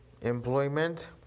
employment